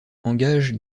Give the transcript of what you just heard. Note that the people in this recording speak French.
engage